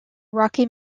rocky